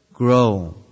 Grow